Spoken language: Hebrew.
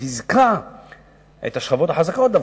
וחיזקה את השכבות החזקות דווקא.